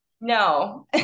No